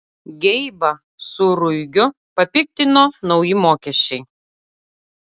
geibą su ruigiu papiktino nauji mokesčiai